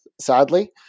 sadly